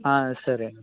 సరే అండి